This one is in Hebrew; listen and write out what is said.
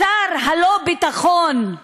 שר הלא-ביטחון,